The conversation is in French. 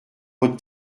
votre